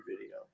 video